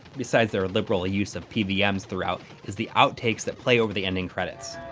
besides their liberal use of pvms throughout is the outtakes that play over the ending credits.